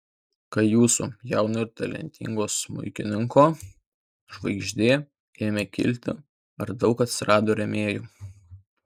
kai jūsų jauno ir talentingo smuikininko žvaigždė ėmė kilti ar daug atsirado rėmėjų